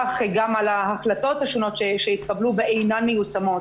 גם על ההחלטות השונות שהתקבלו ואינן מיושמות.